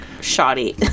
shoddy